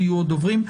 יהיו עוד דוברים.